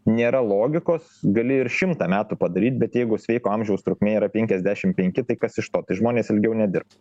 nėra logikos gali ir šimtą metų padaryt bet jeigu sveiko amžiaus trukmė yra penkiasdešim penki tai kas iš to tai žmonės ilgiau nedirbs